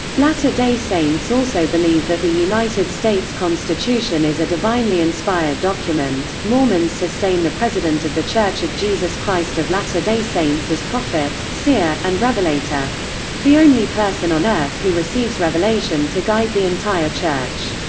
latter day saints also believe that the united states constitution is a divinely inspired document mormons sustain the president of the church of jesus christ of latter day saints as prophet, seer, and revelator the only person on earth who receives revelation to guide the entire church.